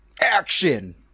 Action